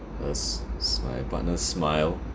a s~ smile my partner's smile